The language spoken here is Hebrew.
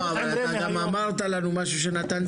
אתה גם אמרת לנו משהו שנתן תקווה.